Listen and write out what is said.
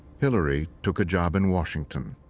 hillary took a job in washington.